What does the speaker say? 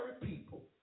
people